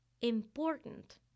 important